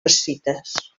escites